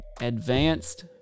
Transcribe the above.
advanced